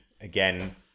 again